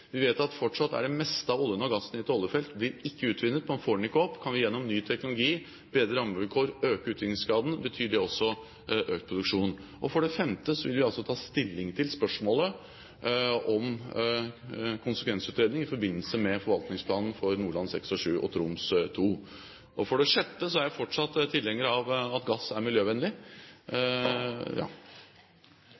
Vi vet at fortsatt blir det meste av oljen og gassen i et oljefelt ikke utvunnet, man får den ikke opp. Kan vi gjennom ny teknologi og bedre rammevilkår øke utvinningsgraden, betyr det også økt produksjon. For det femte vil vi altså ta stilling til spørsmålet om konsekvensutredning i forbindelse med forvaltningsplanen for Nordland VI og VII og Troms II. For det sjette er jeg fortsatt tilhenger av at gass er miljøvennlig